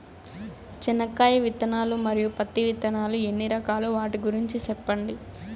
చెనక్కాయ విత్తనాలు, మరియు పత్తి విత్తనాలు ఎన్ని రకాలు వాటి గురించి సెప్పండి?